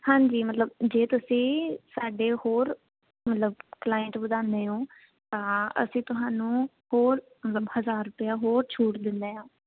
ਹਾਂਜੀ ਮਤਲਬ ਜੇ ਤੁਸੀਂ ਸਾਡੇ ਹੋਰ ਮਤਲਬ ਕਲਾਇੰਟ ਵਧਾਉਦੇ ਹੋ ਤਾਂ ਅਸੀਂ ਤੁਹਾਨੂੰ ਹੋਰ ਹਜਾਰ ਰੁਪਇਆ ਹੋਰ ਛੂਟ ਦਿੰਦੇ ਆ